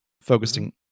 focusing